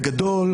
בגדול,